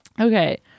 Okay